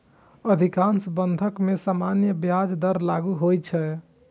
अधिकांश बंधक मे सामान्य ब्याज दर लागू होइ छै